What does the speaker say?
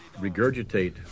regurgitate